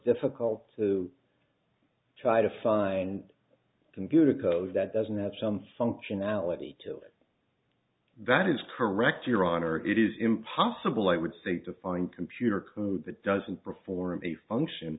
difficult to try to find computer code that doesn't have some functionality to it that is correct your honor it is impossible i would say to find computer code that doesn't perform a function